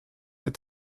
est